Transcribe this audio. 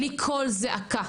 בלי קול זעקה.